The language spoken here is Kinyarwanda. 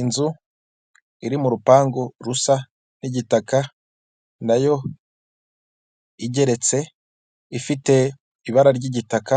Inzu iri mu rupangu rusa n'igitaka nayo igeretse, ifite ibara ry'igitaka